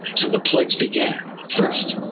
so the plagues began. first,